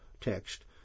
text